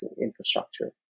infrastructure